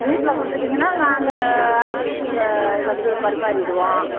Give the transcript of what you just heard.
வீட்டில் கொடுத்துட்டீங்கன்னா நாங்கள் ஆள் வச்சி எல்லாத்துக்கும் பரிமாறிடுவோம்